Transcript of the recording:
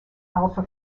alpha